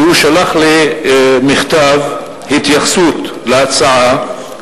ושלח לי מכתב התייחסות להצעה.